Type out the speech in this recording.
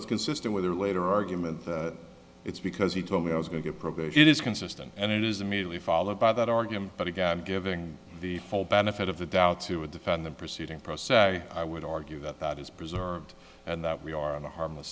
it's consistent with her later argument that it's because he told me i was going to program it is consistent and it is immediately followed by that argument but again giving the full benefit of the doubt to a defendant proceeding process i i would argue that that is preserved and that we are in a harmless